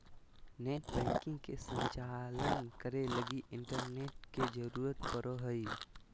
net banking के संचालन करे लगी इंटरनेट के जरुरत पड़ो हइ